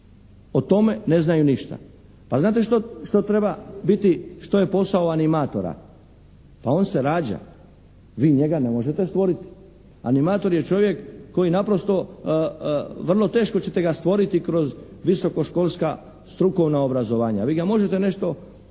O tome ne znaju ništa. Pa znate što, što treba biti, što je posao animatora? Pa on se rađa. Vi njega ne možete stvoriti. Animator je čovjek koji naprosto vrlo teško ćete ga stvoriti kroz visokoškolska strukovna obrazovanja. Vi ga možete nešto